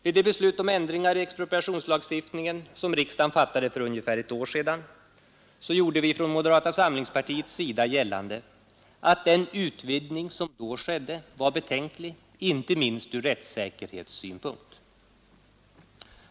Vid det beslut om ändringar i expropriationslagstiftningen som riksdagen fattade för ungefär ett år sedan gjorde vi från moderata samlingspartiets sida gällande att den utvidgning som då skedde var betänklig inte minst ur rättssäkerhetssynpunkt.